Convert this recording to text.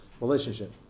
relationship